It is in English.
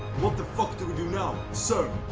what the fuck do we do now, so